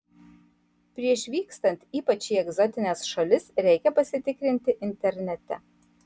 prieš vykstant ypač į egzotines šalis reikia pasitikrinti internete